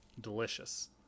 Delicious